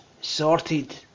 sorted